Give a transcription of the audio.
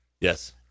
Yes